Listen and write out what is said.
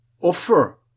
offer